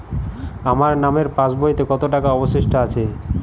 আমার নামের পাসবইতে কত টাকা অবশিষ্ট আছে?